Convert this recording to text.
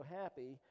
happy